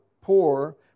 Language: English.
poor